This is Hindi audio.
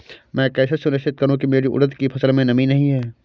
मैं कैसे सुनिश्चित करूँ की मेरी उड़द की फसल में नमी नहीं है?